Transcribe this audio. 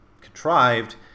contrived